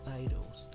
idols